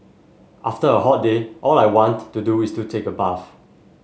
after a hot day all I want to do is to take a bath